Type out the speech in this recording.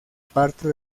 parte